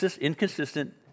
inconsistent